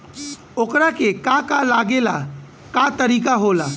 ओकरा के का का लागे ला का तरीका होला?